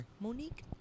Monique